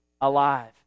alive